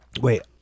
wait